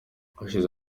hashize